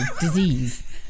disease